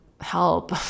help